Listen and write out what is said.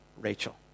Rachel